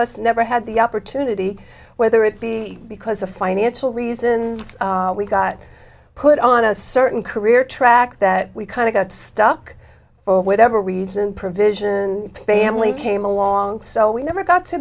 us never had the opportunity whether it be because of financial reasons we got put on a certain career track that we kind of got stuck for whatever reason provision family came along so we never got to